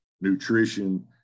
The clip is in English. nutrition